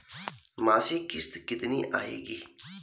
मासिक किश्त कितनी आएगी?